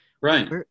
Right